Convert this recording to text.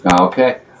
Okay